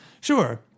Sure